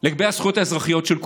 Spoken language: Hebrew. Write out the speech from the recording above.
לגבי הזכויות האזרחיות של כולנו.